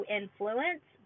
influence